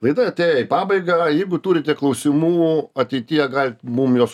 laida atėjo į pabaigą jeigu turite klausimų ateityje galit mum juos